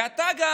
ואתה גם